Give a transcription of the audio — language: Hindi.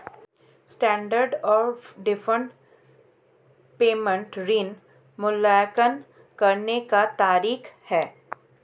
स्टैण्डर्ड ऑफ़ डैफर्ड पेमेंट ऋण मूल्यांकन करने का तरीका है